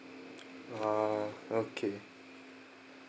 ah okay